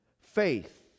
Faith